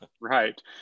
Right